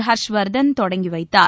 ஹர்ஷ்வர்தன் தொடங்கி வைத்தார்